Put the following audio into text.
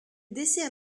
dessert